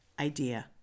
idea